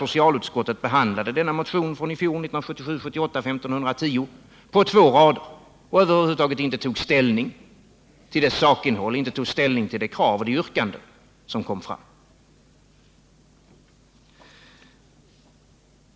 Socialutskottet behandlade motionen, 1977/78:1510, på två rader och tog över huvud taget inte ställning till dess sakinnehåll, till de krav och yrkanden som ställdes.